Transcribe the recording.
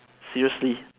seriously